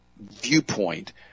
viewpoint